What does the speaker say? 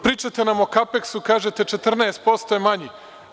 Pričate nam o kapeksu, kažete 14 % je manji.